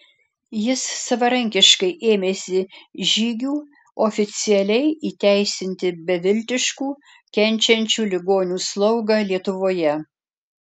jis savarankiškai ėmėsi žygių oficialiai įteisinti beviltiškų kenčiančių ligonių slaugą lietuvoje